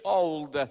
old